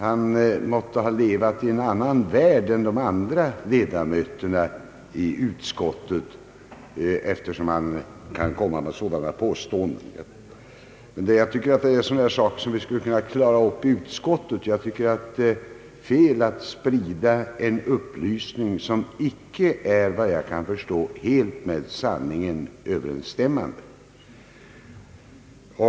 Han måtte ha levat i en annan värld än de andra ledamöterna i utskottet, eftersom han kan göra sådana påståenden. Jag tycker att detta är sådant som vi skulle kunna klara upp i utskottet, och jag anser att det är fel att sprida en upplysning som efter vad jag kan förstå icke är helt med sanningen överensstämmande.